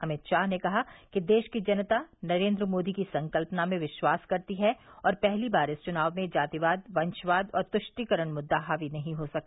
अमित शाह ने कहा कि देश की जनता नरेंद्र मोदी की संकल्पना में विश्वास करती है और पहली बार इस चुनाव में जातिवाद वंशवाद और तुष्टिकरण मुद्दा हावी नहीं हो सका